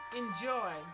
enjoy